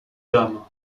dames